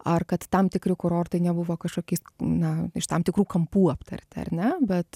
ar kad tam tikri kurortai nebuvo kažkokiais na iš tam tikrų kampų aptarti ar ne bet